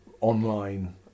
online